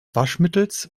waschmittels